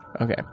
Okay